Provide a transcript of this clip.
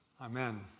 Amen